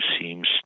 seems